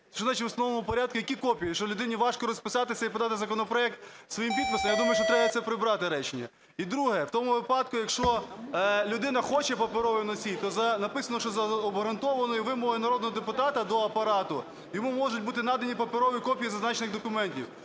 Що значить "в установленому порядку"? Які копії? Що, людині важко розписатися і подати законопроект з своїм підписом? Я думаю, що треба це прибрати речення. І друге. В тому випадку, якщо людина хоче паперовий носій, то написано, що за обґрунтованою вимогою народного депутата до Апарату, йому можуть бути надані паперові копії зазначених документів.